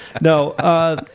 No